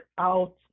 out